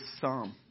psalm